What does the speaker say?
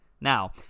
Now